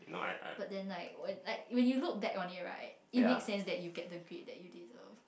but then like when like when you look back on it right it makes sense that you get the grade you deserve